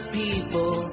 people